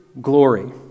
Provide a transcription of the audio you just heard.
glory